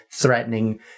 threatening